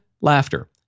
laughter